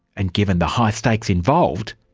and given the high stakes involved,